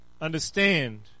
understand